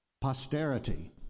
Posterity